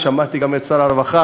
שמעתי גם את שר הרווחה,